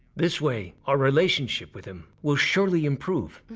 this way, our relationship with him will surely improve.